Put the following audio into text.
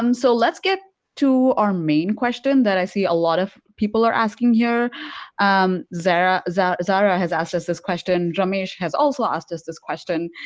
um so let's get to our main question that i see a lot of people are asking here um zara zara has asked us this question, ramesh has also asked us this question.